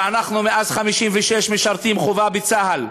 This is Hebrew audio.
ואנחנו מאז 56' משרתים שירות חובה בצה"ל,